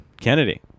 Kennedy